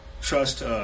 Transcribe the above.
trust